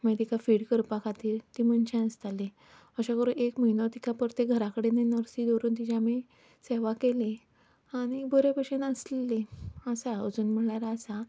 मागीर तिका फीड करपा खातीर तीं मनशां आसतालीं अशें करून एक म्हयनो तिका परतें घरा कडेनूय नर्सी दवरून तिची आमी सेवा केली आनी बरे भाशेन आसल्ली आसा अजून म्हणल्यार आसा